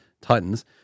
Titans